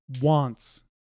wants